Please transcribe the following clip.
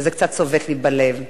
וזה קצת צובט לי בלב.